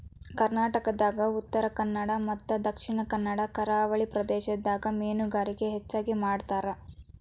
ಕರ್ನಾಟಕದಾಗ ಉತ್ತರಕನ್ನಡ ಮತ್ತ ದಕ್ಷಿಣ ಕನ್ನಡ ಕರಾವಳಿ ಪ್ರದೇಶದಾಗ ಮೇನುಗಾರಿಕೆ ಹೆಚಗಿ ಮಾಡ್ತಾರ